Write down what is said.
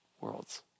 worlds